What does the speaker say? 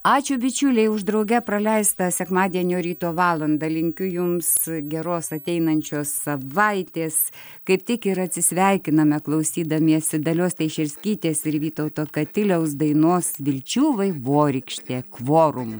ačiū bičiuliai už drauge praleistą sekmadienio ryto valandą linkiu jums geros ateinančios savaitės kaip tik ir atsisveikiname klausydamiesi dalios teišerskytės ir vytauto katiliaus dainos vilčių vaivorykštė kvorum